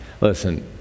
Listen